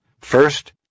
First